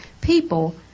people